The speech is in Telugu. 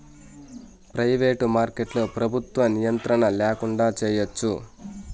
ప్రయివేటు మార్కెట్లో ప్రభుత్వ నియంత్రణ ల్యాకుండా చేయచ్చు